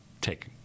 take